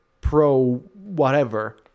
pro-whatever